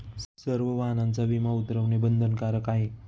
सर्व वाहनांचा विमा उतरवणे बंधनकारक आहे